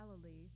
Galilee